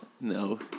No